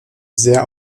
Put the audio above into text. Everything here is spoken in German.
sehr